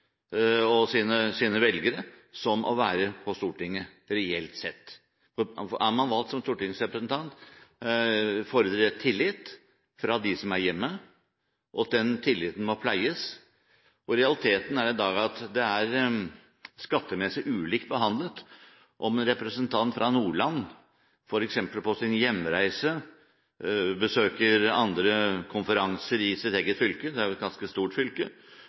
og sine velgere som å være på Stortinget, reelt sett. Er man valgt som stortingsrepresentant, fordrer det tillit fra de som er hjemme, og den tilliten må pleies. Realiteten er i dag at det er skattemessig ulikt behandlet. Om representanten fra Nordland f.eks. på sin hjemreise besøker andre konferanser i sitt eget fylke – det er et ganske stort fylke,